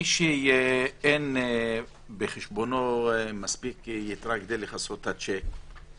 מי שאין בחשבונו מספיק יתרה כדי לכסות את השיק,